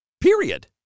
Period